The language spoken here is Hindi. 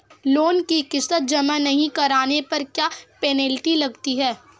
लोंन की किश्त जमा नहीं कराने पर क्या पेनल्टी लगती है?